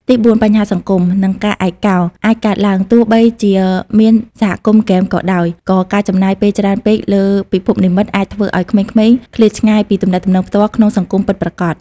ទីបួន បញ្ហាសង្គម និងការឯកោ អាចកើតឡើង ទោះបីជាមានសហគមន៍ហ្គេមក៏ដោយ ក៏ការចំណាយពេលច្រើនពេកលើពិភពនិម្មិតអាចធ្វើឱ្យក្មេងៗឃ្លាតឆ្ងាយពីទំនាក់ទំនងផ្ទាល់ក្នុងសង្គមពិតប្រាកដ។